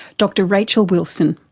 dr rachel wilson.